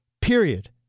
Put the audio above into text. period